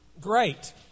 great